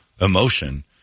emotion